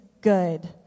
good